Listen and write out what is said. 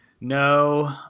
No